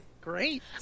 great